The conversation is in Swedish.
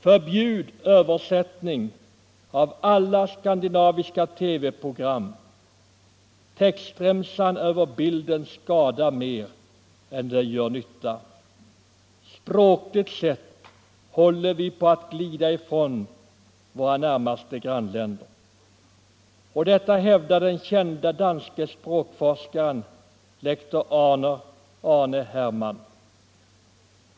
”Förbjud översättning av alla skandinaviska TV-program! Textremsan över bilden skadar mer än den gör nytta. Språkligt sett håller vi på att glida ifrån våra närmaste grannländer. Detta hävdar den kände danske språkforskaren, lektor Arne Hermann.